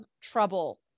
trouble